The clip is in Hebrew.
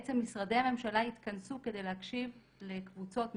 בעצם משרדי הממשלה התכנסו כדי להקשיב לקבוצות מכם,